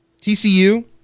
TCU